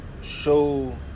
show